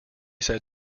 said